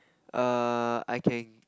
err I can